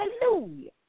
Hallelujah